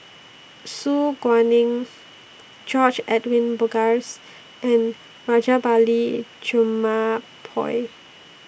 Su Guaning George Edwin Bogaars and Rajabali Jumabhoy